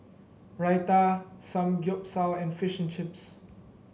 Raita Samgyeopsal and Fish and Chips